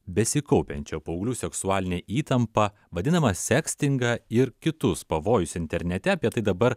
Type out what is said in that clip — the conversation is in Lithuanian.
besikaupiančią paauglių seksualinę įtampą vadinama sekstingą ir kitus pavojus internete apie tai dabar